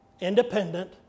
Independent